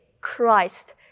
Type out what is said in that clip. Christ